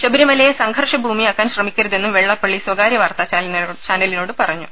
ശബരിമലയെ സംഘർഷഭൂമിയാക്കാൻ ശ്രമിക്കരുതെന്നും വെള്ളാപ്പള്ളി സ്വകാര്യ വാർത്താചാനലിനോട് പറഞ്ഞു